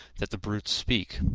that the brutes speak,